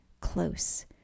close